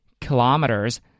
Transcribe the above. kilometers